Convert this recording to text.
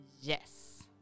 Yes